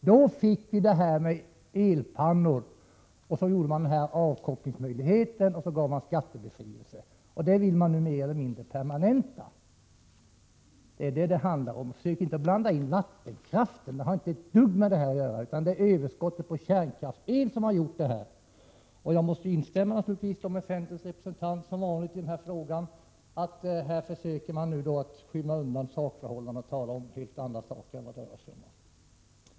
Då tillkom dessa avkopplingsbara elpannor för vilka skattefrihet infördes. Den ordningen vill man nu mer eller mindre permanenta. Det är vad det handlar om. Försök därför inte blanda in vattenkraften i sammanhanget! Den har inte ett dugg med saken att göra. Det är överskottet på kärnkraftsel som har skapat problemen. I den här frågan måste jag som vanligt instämma med centern. Här försöker majoriteten i utskottet skymma undan sakförhållandena genom att tala om helt andra saker.